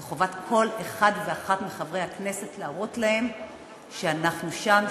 זו חובת כל אחד ואחת מחברי הכנסת להראות להם שאנחנו שם,